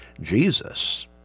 Jesus